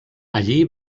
allí